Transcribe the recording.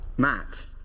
Matt